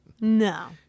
No